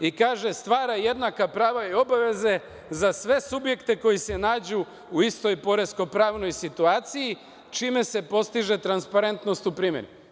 I kaže – stvara jednaka prava i obaveze za sve subjekte koji se nađu u istoj poresko-pravnoj situaciji, čime se postiže transparentnost u primeni.